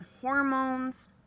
hormones